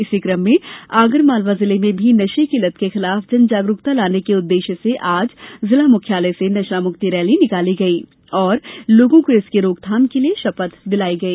इसी कम में आगरमालवा जिले में भी नशे की लत के खिलाफ जनजागरूकता लाने के उद्देश्य से आज जिला मुख्यालय से नशामुक्ति रैली निकाली गई और लोगों को इसके रोकथाम के लिये शपथ दिलाई गई